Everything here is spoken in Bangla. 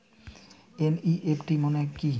এন.ই.এফ.টি মনে কি?